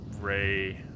Ray